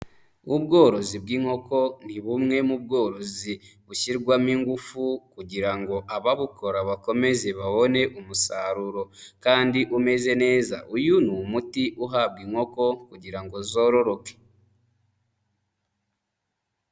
Ubworozi bw'inkoko ni bumwe mu bworozi bushyirwamo ingufu, kugira ngo ababukora bakomeze babone umusaruro, kandi umeze neza uyu ni umuti uhabwa inkoko kugira ngo zororoke.